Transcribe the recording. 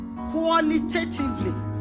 qualitatively